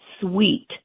sweet